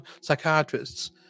psychiatrists